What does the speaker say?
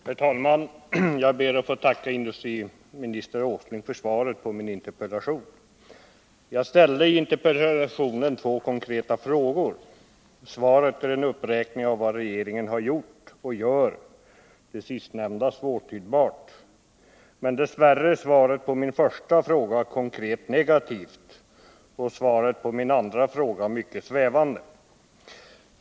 Herr talman! Jag ber att få tacka industriminister Åsling för svaret på min interpellation. Jag ställde i interpellationen två konkreta frågor. Svaret är en uppräkning av vad regeringen har gjort och gör — det sistnämnda svårtydbart — men dess värre är svaret på min första fråga konkret negativt och svaret på min andra fråga mycket svävande.